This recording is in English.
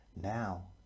now